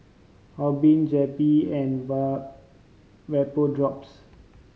Obimin Zappy and Vapodrops